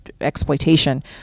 exploitation